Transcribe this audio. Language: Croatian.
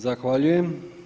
Zahvaljujem.